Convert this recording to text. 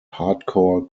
hardcore